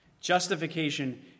Justification